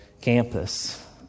campus